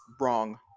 wrong